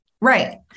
right